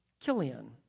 Killian